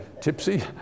tipsy